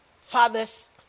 fathers